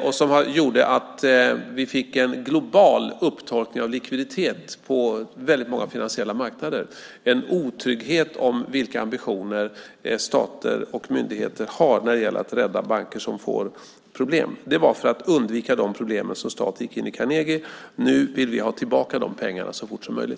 och gjorde att vi fick en global upptorkning av likviditet på väldigt många finansiella marknader och en osäkerhet om vilka ambitioner stater och myndigheter har när det gäller att rädda banker som får problem. Det var för att undvika dessa problem som staten gick in i Carnegie. Nu vill vi ha tillbaka de pengarna så fort som möjligt.